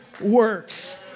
works